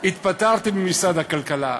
התפטרתי ממשרד הכלכלה,